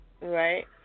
Right